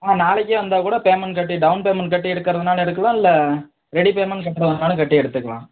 ஆ நாளைக்கே வந்தால் கூட பேமெண்ட் கட்டி டெளன் பேமெண்ட் கட்டி எடுக்கிறதுனாலும் எடுக்கலாம் இல்லை ரெடி பேமெண்ட் கட்டுறதா இருந்தாலும் கட்டி எடுத்துக்கலாம்